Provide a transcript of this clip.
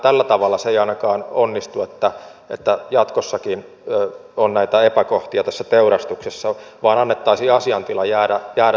tällä tavalla se ei ainakaan onnistu että jatkossakin on näitä epäkohtia tässä teurastuksessa ja annettaisiin asiantilan jäädä silleen